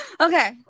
Okay